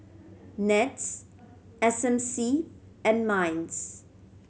NETS S M C and MINDS